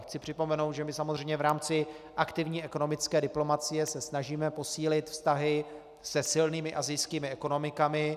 Chci připomenout, že my samozřejmě v rámci aktivní ekonomické diplomacie se snažíme posílit vztahy se silnými asijskými ekonomikami.